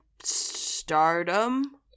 stardom